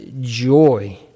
joy